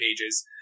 pages